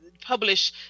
publish